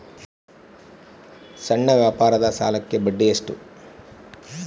ಸಣ್ಣ ವ್ಯಾಪಾರದ ಸಾಲಕ್ಕೆ ಬಡ್ಡಿ ಎಷ್ಟು?